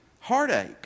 heartache